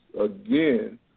again